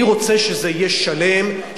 אני רוצה שזה יהיה שלם,